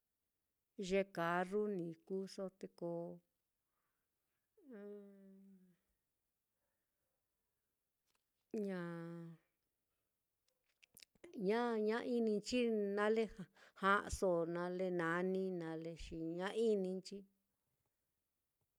ye carru ní kuuso, te ko ña ña-ña ininchi nale ja'aso nale nanii, xi ña ininchi.